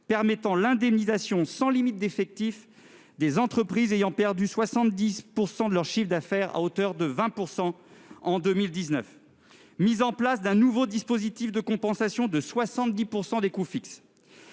permettant l'indemnisation, sans limite d'effectifs, des entreprises ayant perdu 70 % de leur chiffre d'affaires, à hauteur de 20 % en 2019 ; mise en place d'un nouveau dispositif de compensation de 70 % des coûts fixes.